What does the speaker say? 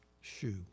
shoe